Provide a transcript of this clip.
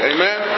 Amen